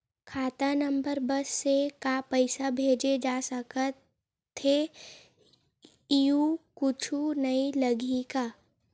खाता नंबर बस से का पईसा भेजे जा सकथे एयू कुछ नई लगही का?